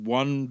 one